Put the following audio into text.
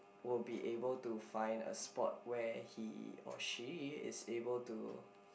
will be able to find a spot where he or she is able to